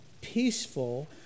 peaceful